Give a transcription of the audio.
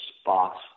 spots